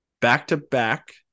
Back-to-back